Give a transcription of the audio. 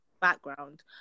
background